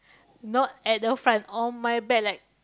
not at the front on my back like